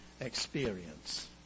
experience